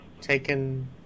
taken